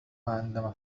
عندما